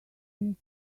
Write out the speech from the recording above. miss